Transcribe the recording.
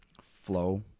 flow